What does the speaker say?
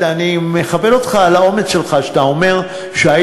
ואני מכבד אותך על האומץ שלך כשאתה אומר שהיית